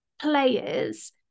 players